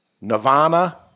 Nirvana